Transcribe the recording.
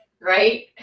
right